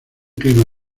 clima